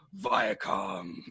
Viacom